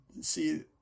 see